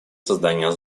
создания